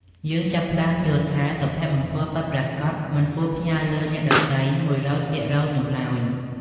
យើងចាប់ផ្តើមយល់ថា សុភមង្គលពិតប្រាកដមិនគួរផ្ញើលើអ្នកដទៃ ១០០% នោះឡើយ។